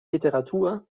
literatur